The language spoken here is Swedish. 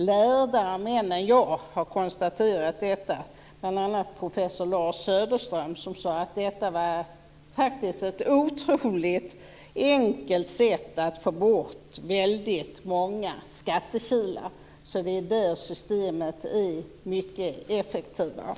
Lärdare människor än jag har konstaterat detta, bl.a. professor Lars Söderström. Han sade att detta var ett otroligt enkelt sätt att ta bort väldigt många skattekilar. Det är där systemet är mycket effektivare.